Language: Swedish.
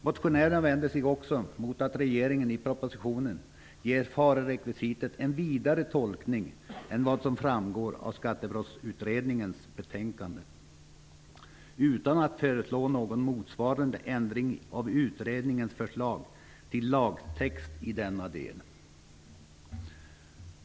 Motionärerna vänder sig också mot att regeringen i propositionen ger farerekvisitet en vidare tolkning än vad som framgår av Skattebrottsutredningens betänkande utan att föreslå någon motsvarande ändring av utredningens förslag till lagtext i denna del.